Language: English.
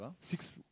Six